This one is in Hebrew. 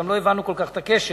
גם אנחנו לא הבנו כל כך את הקשר.